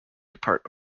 depart